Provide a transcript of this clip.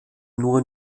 nur